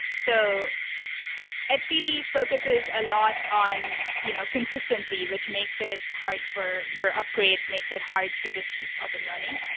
so etcd focuses a lot on you know consistency, which makes it hard for for upgrades, makes it hard to just keep up and running.